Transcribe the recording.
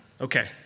Okay